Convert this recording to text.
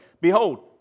Behold